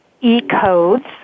e-codes